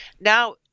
now